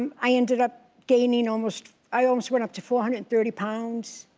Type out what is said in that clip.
um i ended up gaining almost, i almost went up to four hundred and thirty pounds.